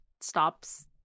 stops